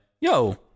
Yo